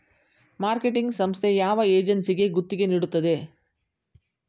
Marketing ಸಂಸ್ಥೆ ಯಾವ ಏಜೆನ್ಸಿಗೆ ಗುತ್ತಿಗೆ ನೀಡುತ್ತದೆ?